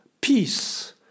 peace